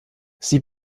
sie